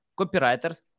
copywriters